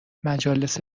مجالس